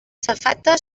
safata